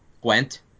Gwent